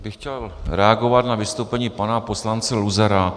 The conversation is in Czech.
Já bych chtěl reagovat na vystoupení pana poslance Luzara.